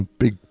big